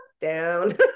down